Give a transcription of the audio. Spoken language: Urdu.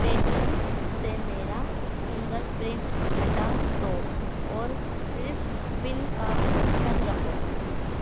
پے ٹی ایم سے میرا فنگر پرنٹ ہٹا دو اور صرف پن کا آپشن رکھو